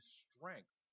strength